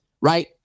Right